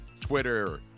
Twitter